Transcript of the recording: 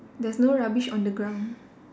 there's no rubbish on the ground